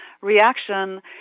reaction